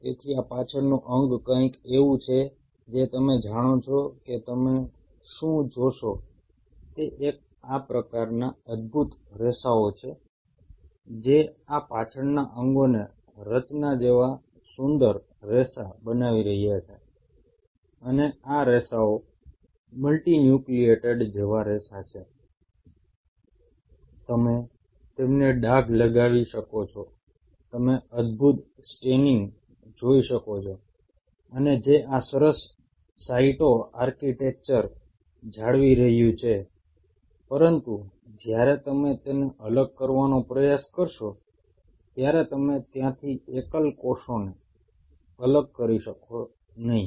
તેથી આ પાછળનું અંગ કંઈક એવું છે જે તમે જાણો છો કે તમે શું જોશો તે આ પ્રકારના અદ્ભુત રેસાઓ છે જે આ પાછળના અંગોને રચના જેવા સુંદર રેસા બનાવી રહ્યા છે અને આ રેસાઓ મલ્ટીન્યુક્લીએટેડ જેવા રેસા છે તમે તેમને ડાઘ લગાવી શકો છો તમે અદ્ભુત સ્ટેનિંગ જોઈ શકો છો અને જે આ સરસ સાયટો આર્કિટેક્ચર જાળવી રહ્યું છે પરંતુ જ્યારે તમે તેને અલગ કરવાનો પ્રયાસ કરશો ત્યારે તમે ત્યાંથી એકલ કોષોને અલગ કરી શકશો નહીં